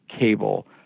cable